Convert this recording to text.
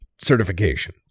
certification